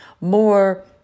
more